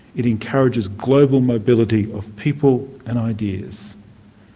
it encourages global mobility of people and ideas.